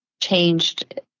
changed